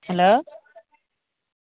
hello